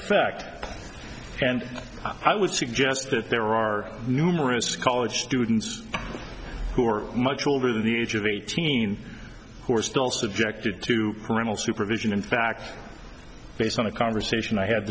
effect and i would suggest that there are numerous college students who are much older than the age of eighteen who are still subjected to parental supervision in fact based on a conversation i had